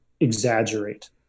exaggerate